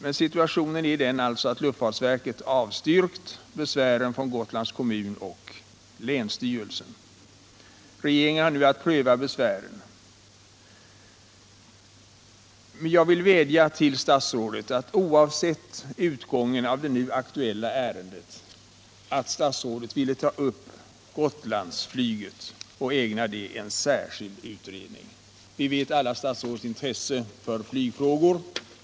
Men situationen är den att luftfartsverket avstyrkt besvären från Gotlands kommun och länsstyrelsen. Regeringen har nu att pröva besvären. Jag vill vädja till statsrådet att oavsett utgången av det nu aktuella ärendet ta upp frågan om Gotlandsflyget och ägna den en särskild utredning. Vi känner alla till statsrådets intresse för flygfrågor.